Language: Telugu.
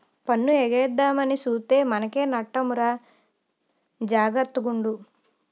పన్ను ఎగేద్దామని సూత్తే మనకే నట్టమురా జాగర్త గుండు